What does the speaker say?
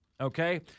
okay